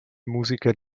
musiker